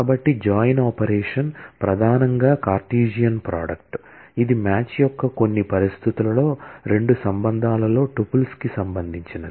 కాబట్టి join operation ప్రధానంగా Cartesian product కొన్ని కండీషన్స్ తో మ్యాచ్ అయేలా రెండు రిలేషన్లో ని టుపుల్స్ కు సంబంధించినది